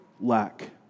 lack